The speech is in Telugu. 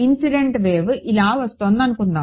ఇన్సిడెంట్ వేవ్ ఇలా వస్తోందనుకుందాం